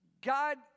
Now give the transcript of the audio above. God